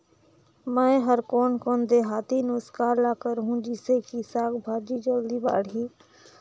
मै हर कोन कोन देहाती नुस्खा ल करहूं? जिसे कि साक भाजी जल्दी बाड़ही?